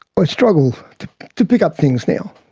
ah struggle to pick up things now,